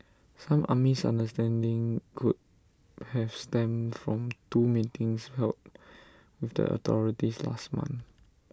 some unmisunderstanding could have stemmed from two meetings held with the authorities last month